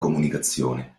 comunicazione